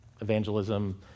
evangelism